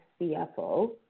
CFO